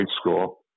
school